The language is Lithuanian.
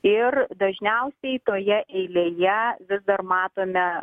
ir dažniausiai toje eilėje vis dar matome